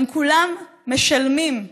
הם כולם משלמים,